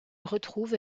retrouve